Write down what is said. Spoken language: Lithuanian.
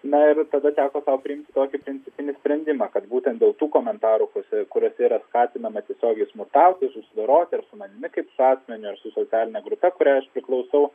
na ir tada teko sau priimti tokį principinį sprendimą kad būtent dėl tų komentaruose kurie yra skatinama tiesiogiai smurtauti susidoroti ar manimi kaip su asmeniu ar socialine grupe kuriai aš priklausau